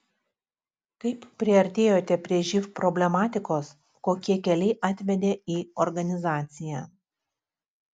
kaip priartėjote prie živ problematikos kokie keliai atvedė į organizaciją